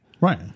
right